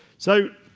so,